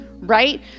right